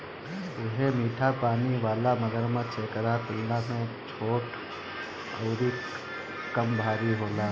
उहे मीठा पानी वाला मगरमच्छ एकरा तुलना में छोट अउरी कम भारी होला